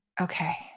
okay